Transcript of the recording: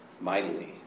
mightily